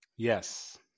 Yes